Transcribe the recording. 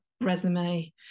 resume